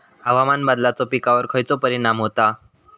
हवामान बदलाचो पिकावर खयचो परिणाम होता?